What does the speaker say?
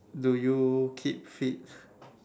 do you keep fit